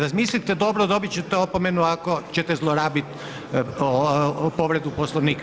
Razmislite dobro, dobit ćete opomenu ako ćete zlorabit povredu Poslovnika.